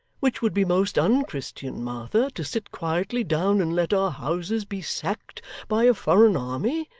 which would be most unchristian, martha to sit quietly down and let our houses be sacked by a foreign army,